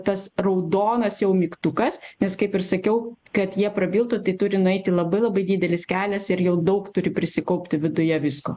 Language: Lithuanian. tas raudonas jau mygtukas nes kaip ir sakiau kad jie prabiltų tai turi nueiti labai labai didelis kelias ir jau daug turi prisikaupti viduje visko